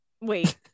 wait